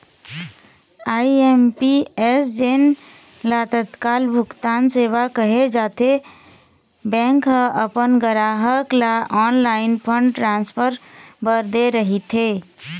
IMPS जेन ल तत्काल भुगतान सेवा कहे जाथे, बैंक ह अपन गराहक ल ऑनलाईन फंड ट्रांसफर बर दे रहिथे